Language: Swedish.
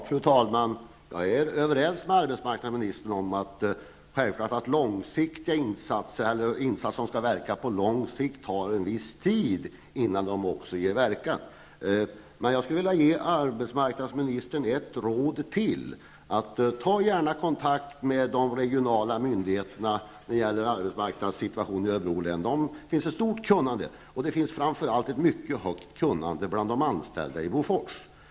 Fru talman! Jag är självfallet överens med arbetsmarknadsmarknadsministern om att det tar en viss tid innan insatser som skall verka på lång sikt ger effekt. Jag skulle vilja ge arbetsmarknadsministern ett ytterligare råd. Tag gärna kontakt med de regionala myndigheterna när det gäller arbetsmarknadssituationen i Örebro län! Där finns ett stort kunnande, och det finns framför allt ett stort kunnande bland de anställda i Bofors.